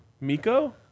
Miko